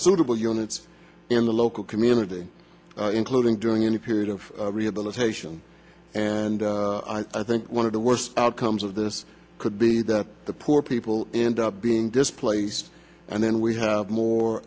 suitable units in the local community including during any period of rehabilitation and i think one of the worst outcomes of this could be that the poor people end up being displaced and then we have more